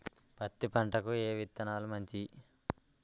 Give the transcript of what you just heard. పత్తి పంటకి ఏ విత్తనాలు మంచివి?